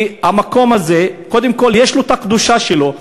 כי המקום הזה, קודם כול, יש לו הקדושה שלו.